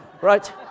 Right